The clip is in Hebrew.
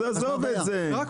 לא.